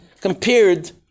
compared